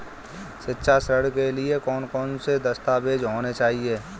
शिक्षा ऋण के लिए कौन कौन से दस्तावेज होने चाहिए?